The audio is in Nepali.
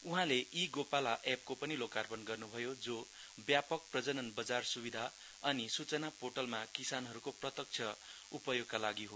उहाँले ई गोपाला एपको पनि लोकार्पण गर्नुभयो जुन व्यापक प्रजनन् बजार सुधार अनि सूचना पोर्टलमा किसानहरूको प्रत्यक्ष उपयोगका लागि हो